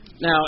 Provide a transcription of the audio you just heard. Now